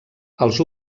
els